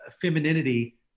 femininity